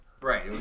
Right